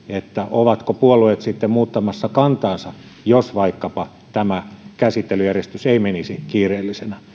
ovatko puolueet sitten muuttamassa kantaansa jos vaikkapa tämä käsittelyjärjestys ei menisi kiireellisenä